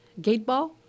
gateball